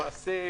למעשה,